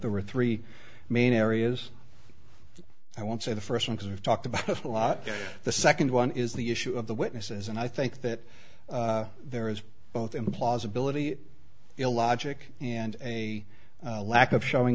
there were three main areas i won't say the first one to have talked about a lot the second one is the issue of the witnesses and i think that there is both implausibility illogic and a lack of showing